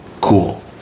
Cool